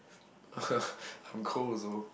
I'm cold also